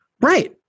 right